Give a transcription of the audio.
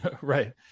Right